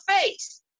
face